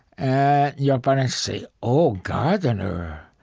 and your parents say, oh, gardener?